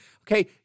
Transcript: okay